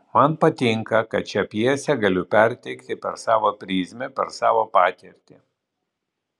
man patinka kad šią pjesę galiu perteikti per savo prizmę per savo patirtį